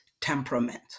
temperament